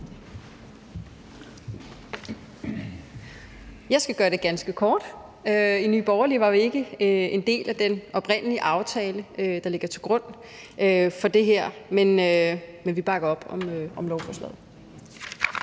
Jeg skal gøre det ganske kort. I Nye Borgerlige var vi ikke en del af den oprindelige aftale, der ligger til grund for det her, men vi bakker op om lovforslaget.